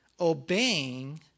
obeying